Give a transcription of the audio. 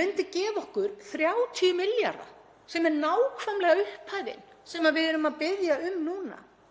myndi gefa okkur 30 milljarða, sem er nákvæmlega upphæðin sem við erum að fara í